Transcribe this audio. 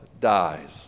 dies